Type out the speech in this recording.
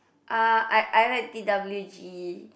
uh I I like T_W_G